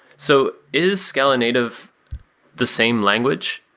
so is scala-native the same language?